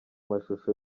mashusho